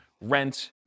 rent